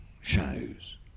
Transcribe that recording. shows